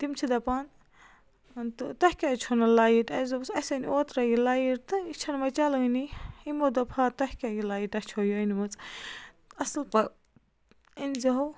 تِم چھِ دَپان تہٕ تۄہہِ کیٛازِ چھو نہٕ لایِٹ اَسہِ دوٚپُس اَسہِ أنۍ اوترَے یہِ لایِٹ تہٕ یہِ چھَنہٕ وۄنۍ چَلٲنی یِمو دوٚپ ہا تۄہہِ کیٛاہ یہِ لایِٹاہ چھو یہِ أنۍ مٕژ اَصٕل پا أنۍ زِہو